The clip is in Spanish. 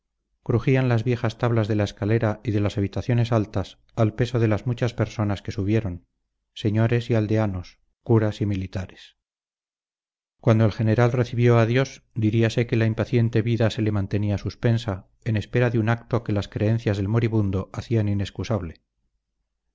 crujían las viejas tablas de la escalera y de las habitaciones altas al peso de las muchas personas que subieron señores y aldeanos curas y militares cuando el general recibió a dios diríase que la impaciente vida se le mantenía suspensa en espera de un acto que las creencias del moribundo hacían inexcusable